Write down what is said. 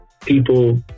people